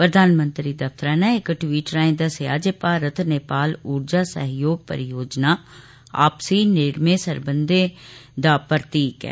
प्रधानमंत्री दफ्तरै नै इक टवीट राहे दस्सेया जे भारत नेपाल ऊर्जा सहयोग परियोजना आपसी नड़में दपक्खी सरबंधे दा प्रतीक ऐ